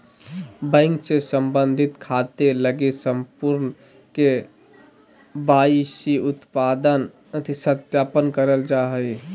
bank से संबंधित खाते लगी संपूर्ण के.वाई.सी सत्यापन करल जा हइ